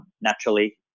naturally